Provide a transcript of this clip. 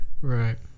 Right